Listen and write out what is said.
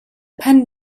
pen